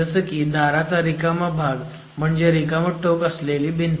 जसं की दाराचा रिकामा भाग म्हणजे रिकामं टोक असलेली भिंत